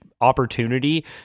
opportunity